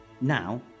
Now